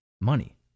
money